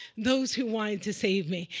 those who wanted to save me.